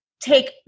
take